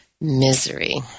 misery